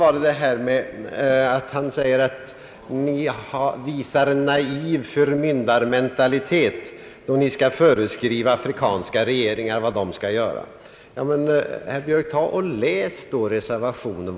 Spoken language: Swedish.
Vidare sade herr Björk någonting om att »ni visar naiv förmyndarmentalitet då ni skall föreskriva afrikanska regeringar vad de skall göra». Men, herr Björk, läs vad som står i reservationen!